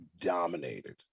dominated